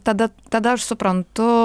tada tada aš suprantu